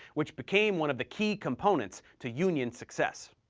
which became one of the key components to union success.